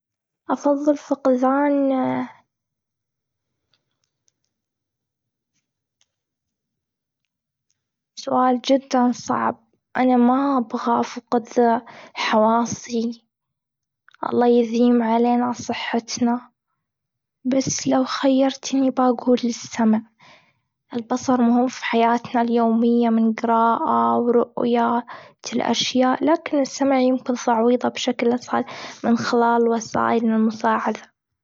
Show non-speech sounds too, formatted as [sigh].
أفضل فقدان [hesitation] سؤال جداً صعب. أنا ما أبغى أفقد حواسي، الله يديم علينا صحتنا. بس لو خيرتني بقول السمع. البصر مهم في حياتنا اليومية، من قراءة ورؤية الأشياء. لكن السمع يمكن تعويضه بشكل أسهل من خلال وسائل المساعدة.